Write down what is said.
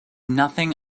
nothing